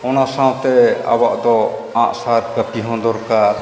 ᱚᱱᱟ ᱥᱟᱶᱛᱮ ᱟᱵᱚᱣᱟᱜ ᱫᱚ ᱟᱜᱼᱥᱟᱨ ᱠᱟᱹᱯᱤ ᱦᱚᱸ ᱫᱚᱨᱠᱟᱨ